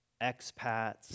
expats